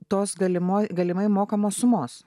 tos galimoj galimai mokamos sumos